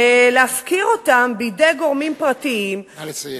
ולהפקיר אותן בידי גורמים פרטיים, נא לסיים.